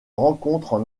rencontrent